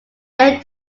they